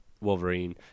wolverine